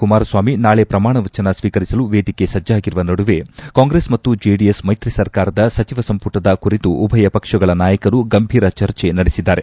ಕುಮಾರಸ್ವಾಮಿ ನಾಳೆ ಪ್ರಮಾಣವಚನ ಸ್ವೀಕರಿಸಲು ವೇದಿಕೆ ಸಜ್ಜಾಗಿರುವ ನಡುವೆಯೇ ಕಾಂಗ್ರೆಸ್ ಮತ್ತು ಜೆಡಿಎಸ್ ಮೈತ್ರಿ ಸರ್ಕಾರದ ಸಚಿವ ಸಂಪುಟದ ಕುರಿತು ಉಭಯ ಪಕ್ಷಗಳ ನಾಯಕರು ಗಂಭೀರ ಚರ್ಚೆ ನಡೆಸಿದ್ದಾರೆ